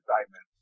excitement